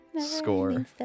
score